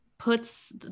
Puts